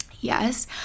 Yes